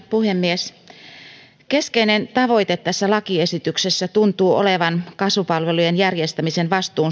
puhemies keskeinen tavoite tässä lakiesityksessä tuntuu olevan sen lisäksi että kasvupalvelujen järjestämisen vastuu